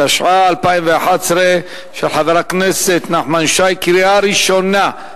התשע"א 2011, של חבר הכנסת נחמן שי, קריאה ראשונה.